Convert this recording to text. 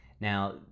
Now